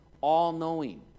All-knowing